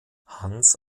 hans